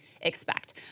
expect